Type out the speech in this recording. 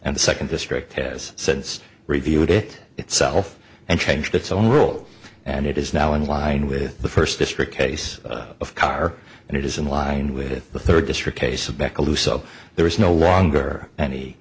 and the second district has since reviewed it itself and changed its own rule and it is now in line with the first district case of car and it is in line with the third district case of macaluso there is no longer any